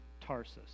Tarsus